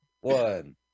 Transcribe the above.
one